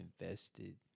invested